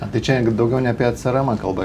tai čia daugiau ne apie crmą kalba